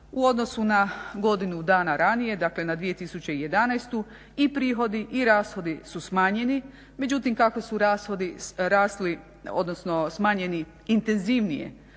U odnosu na godinu dana ranije dakle na 2011. i prihodi i rashodi su smanjeni, međutim kako su rashodi rasli odnosno smanjeni intenzivnije